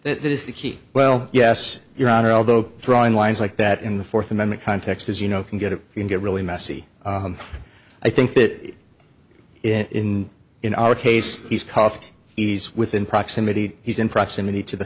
that is the key well yes your honor although drawing lines like that in the fourth amendment context as you know can get it can get really messy i think that in in our case he's cuffed he's within proximity he's in proximity to the